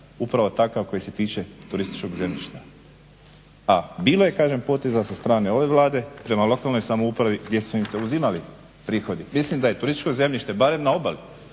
upravo takav koji se tiče turističkog zemljišta, a bilo je poteza sa strane ove Vlade prema lokalnoj samoupravi gdje su im se uzimali prihodi. Mislim da na turističko zemljište barem na obali